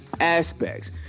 aspects